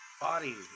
body